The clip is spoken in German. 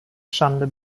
schande